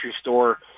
store